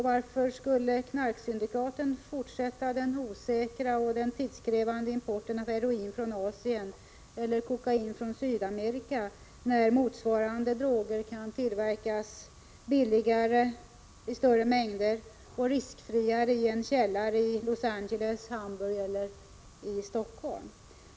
Varför skulle knarksyndikaten fortsätta den osäkra och tidskrävande importen av heroin från Asien eller kokain från Sydamerika, när motsvarande droger kan tillverkas billigare, i större mängder och riskfriare i en källare i Los Angeles, Hamburg eller Helsingfors?